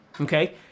okay